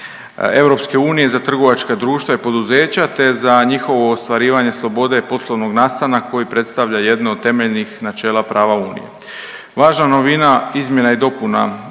tržišta EU za trovačka društva i poduzeća, te za njihovo ostvarivanje slobode poslovnog nastana koji predstavlja jedno od temeljnih načela prava Unije. Važna novina izmjena i dopuna